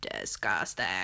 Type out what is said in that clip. disgusting